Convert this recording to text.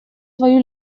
свою